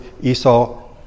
Esau